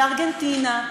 בארגנטינה,